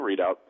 readout